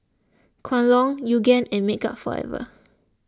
Kwan Loong Yoogane and Makeup Forever